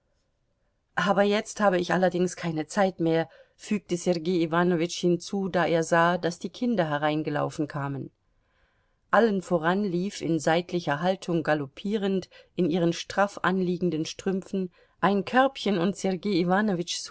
aber jetzt habe ich allerdings keine zeit mehr fügte sergei iwanowitsch hinzu da er sah daß die kinder hereingelaufen kamen allen voran lief in seitlicher haltung galoppierend in ihren straff anliegenden strümpfen ein körbchen und sergei